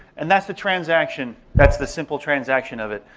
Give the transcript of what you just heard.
and that's the transaction, that's the simple transaction of it.